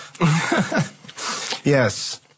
Yes